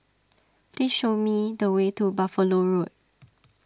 please show me the way to Buffalo Road